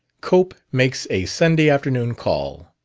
cope makes a sunday afternoon call